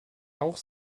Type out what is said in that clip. auch